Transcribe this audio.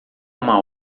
uma